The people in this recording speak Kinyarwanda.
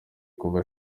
kuva